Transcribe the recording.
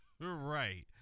right